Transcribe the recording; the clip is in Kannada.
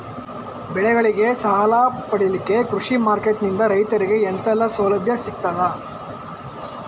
ಬೆಳೆಗಳಿಗೆ ಸಾಲ ಪಡಿಲಿಕ್ಕೆ ಕೃಷಿ ಮಾರ್ಕೆಟ್ ನಿಂದ ರೈತರಿಗೆ ಎಂತೆಲ್ಲ ಸೌಲಭ್ಯ ಸಿಗ್ತದ?